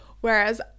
Whereas